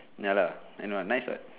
ya lah and [what] nice [what]